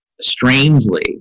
strangely